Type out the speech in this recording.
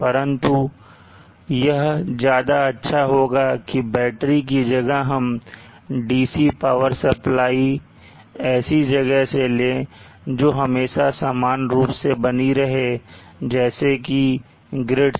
परंतु यह ज्यादा अच्छा होगा कि बैटरी की जगह हम DC पावर सप्लाई ऐसी जगह से लें जो हमेशा समान रूप से बनी रहे जैसे कि grid से